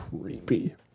creepy